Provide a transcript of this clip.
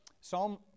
Psalm